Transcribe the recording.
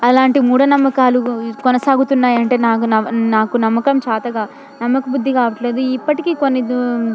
అలాంటి మూఢ నమ్మకాలు కొనసాగుతున్నాయి అంటే నాకు నవ నాకు నమ్మకం చాతగా నమ్మబుద్ది కావట్లేదు ఇప్పటికీ కొన్ని దూ